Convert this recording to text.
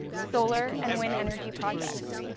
solar, and wind energy projects.